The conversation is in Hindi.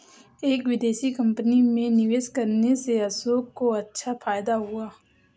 एक विदेशी कंपनी में निवेश करने से अशोक को अच्छा फायदा हुआ